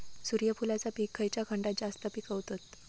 सूर्यफूलाचा पीक खयच्या खंडात जास्त पिकवतत?